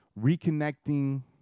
Reconnecting